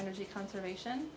energy conservation